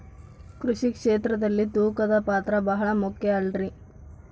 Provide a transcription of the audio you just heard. ಕೃಷಿ ಕ್ಷೇತ್ರದಲ್ಲಿ ತೂಕದ ಪಾತ್ರ ಬಹಳ ಮುಖ್ಯ ಅಲ್ರಿ?